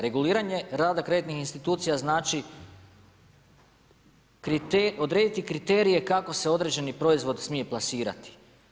Reguliranje rada kreditnih institucija znači odrediti kriterije kako se određeni proizvod smije plasirati.